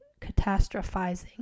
catastrophizing